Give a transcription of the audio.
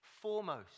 Foremost